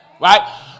Right